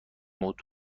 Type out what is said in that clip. بود